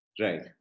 Right